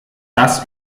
das